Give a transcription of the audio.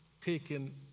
taken